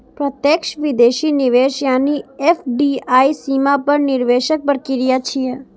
प्रत्यक्ष विदेशी निवेश यानी एफ.डी.आई सीमा पार निवेशक प्रक्रिया छियै